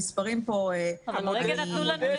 המספרים פה --- כרגע נתנו לנו נתונים.